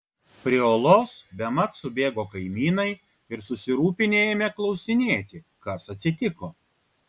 prie olos bemat subėgo kaimynai ir susirūpinę ėmė klausinėti kas atsitiko